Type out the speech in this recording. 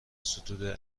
ستوده